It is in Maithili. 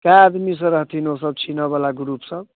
कए आदमीसँ रहथिन ओसब छीनऽवला ग्रूप सब